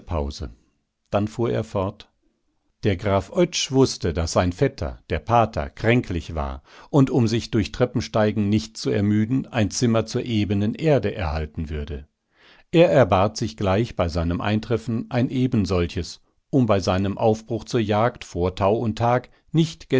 pause dann fuhr er fort der graf oetsch wußte daß sein vetter der pater kränklich war und um sich durch treppensteigen nicht zu ermüden ein zimmer zur ebenen erde erhalten würde er erbat sich gleich bei seinem eintreffen ein ebensolches um bei seinem aufbruch zur jagd vor tau und tag nicht